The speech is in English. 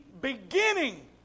beginning